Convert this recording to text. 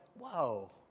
whoa